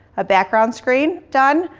a background screen done,